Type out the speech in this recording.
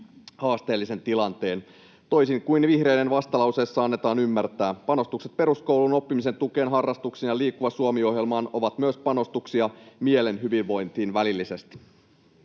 haasteellisen tilanteen. Toisin kuin vihreiden vastalauseessa annetaan ymmärtää, panostukset peruskoulun oppimisen tukeen, harrastuksiin ja Liikkuva Suomi ‑ohjelmaan ovat myös panostuksia mielen hyvinvointiin välillisesti.